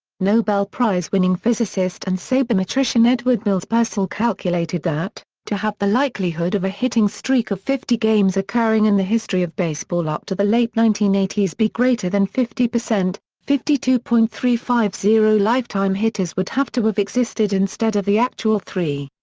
nobel prize-winning physicist and sabermetrician edward mills purcell calculated that, to have the likelihood of a hitting streak of fifty games occurring in the history of baseball up to the late nineteen eighty s be greater than fifty, fifty-two point three five zero lifetime hitters would have to have existed instead of the actual three.